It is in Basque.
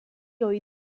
ohi